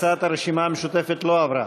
הצעת הרשימה המשותפת לא עברה.